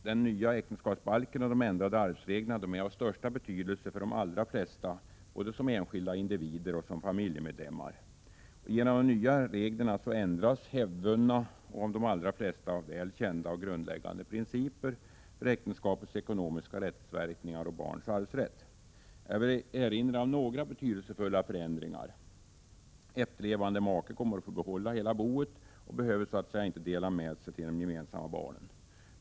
Den nya äktenskapsbalken och de ändrade arvsreglerna är av största betydelse för de allra flesta, både som enskilda individer och som familjemedlemmar. Genom de nya reglerna ändras hävdvunna, av de allra flesta väl kända och grundläggande principer för äktenskapets ekonomiska rättsverkningar och barns arvsrätt. Jag vill erinra om några betydelsefulla förändringar. Efterlevande make kommer att få behålla hela boet och behöver så att säga inte dela med sig till de gemensamma barnen.